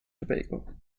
tobago